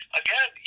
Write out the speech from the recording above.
again